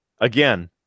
again